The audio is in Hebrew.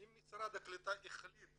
אם משרד הקליטה החליט